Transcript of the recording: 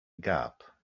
gap